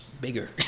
bigger